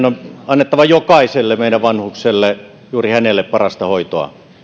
on annettava jokaiselle vanhukselle juuri hänelle parasta hoitoa